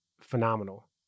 phenomenal